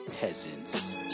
peasants